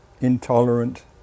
intolerant